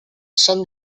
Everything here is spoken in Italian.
san